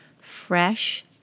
Fresh